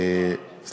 לא אוכלס או לא הוקם?